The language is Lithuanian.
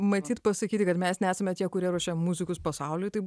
matyt pasakyti kad mes nesame tie kurie ruošia muzikus pasauliui tai